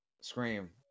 Scream